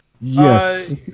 Yes